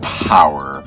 Power